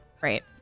Right